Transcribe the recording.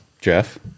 Jeff